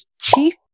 chief